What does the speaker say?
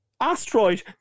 asteroid